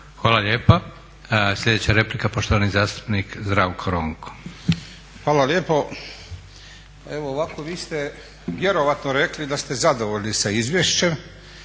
Hvala lijepa. Sljedeća replika, poštovani zastupnik Zdravko Ronko. **Ronko, Zdravko (SDP)** Hvala lijepo. Evo ovako, vi ste vjerojatno rekli da ste zadovoljni sa izvješćem,